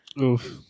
oof